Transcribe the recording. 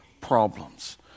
problems